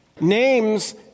Names